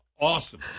awesome